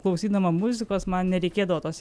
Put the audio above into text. klausydama muzikos man nereikėdavo tos